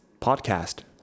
podcast